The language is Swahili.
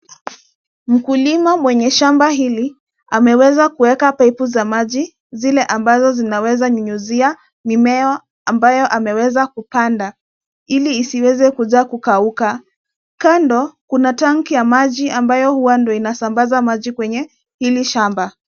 Mkulima mwenye shamba hili ameweza kuweka pipu za maji zile ambazo zinaweza nyunyizia mimea ambayo ameweza kupanda ili isiweze kuja kukauka. Kando, kuna tanki ya maji ambayo huwa ndio inasambaza maji kwenye hili shamba.